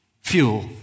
fuel